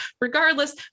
regardless